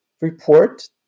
report